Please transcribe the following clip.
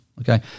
okay